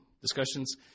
discussions